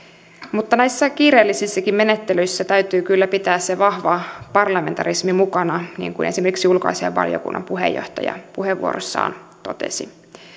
mutta näissä kiireellisissäkin menettelyissä täytyy kyllä pitää se vahva parlamentarismi mukana niin kuin esimerkiksi ulkoasiainvaliokunnan puheenjohtaja puheenvuorossaan totesi